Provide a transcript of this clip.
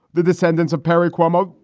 the descendants of perry cuomo.